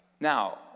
Now